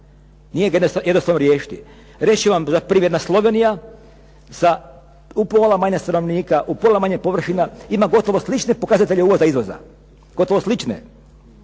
nije ga jednostavno riješiti. Riješit će vam ga privredna Slovenija sa upola manje stanovnika, upola manje površina. Ima gotovo slične pokazatelje uvoza i izvoza. Gotovo slične.